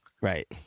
Right